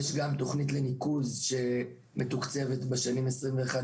יש גם תוכנית לניקוז שמתוקצבת בשנים 2022-2021,